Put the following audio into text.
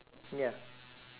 ya